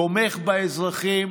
תומך באזרחים,